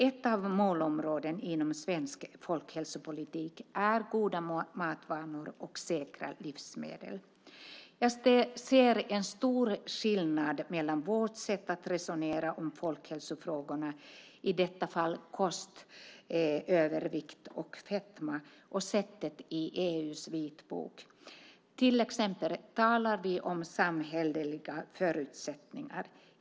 Ett av målområdena inom svensk folkhälsopolitik är goda matvanor och säkra livsmedel. Jag ser en stor skillnad mellan vårt sätt att resonera om folkhälsofrågorna - i detta fall om kost, övervikt och fetma - och sättet att resonera i EU:s vitbok. Vi talar till exempel om samhälleliga förutsättningar.